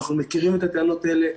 אנחנו מכירים את הטענות האלה.